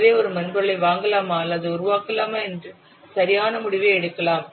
எனவே ஒரு மென்பொருளை வாங்கலாமா அல்லது உருவாக்கலாமா என்று சரியான முடிவை எடுக்கலாம்